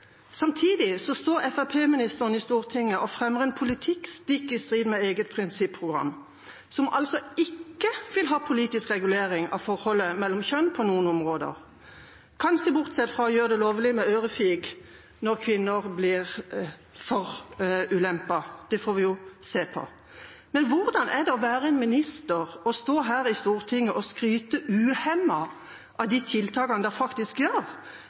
Samtidig står Fremskrittsparti-ministeren i Stortinget og fremmer en politikk stikk i strid med eget prinsipprogram, som altså ikke vil ha politisk regulering av forholdet mellom kjønn på noen områder – kanskje bortsett fra å gjøre det lovlig med ørefik når kvinner blir forulempet. Det får vi jo se på. Men hvordan er det å være en minister og stå her i Stortinget og skryte uhemmet av de tiltakene de faktisk gjør,